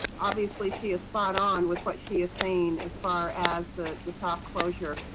obviously she is spot-on with what she is saying as far as the. the soft closure.